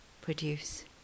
produce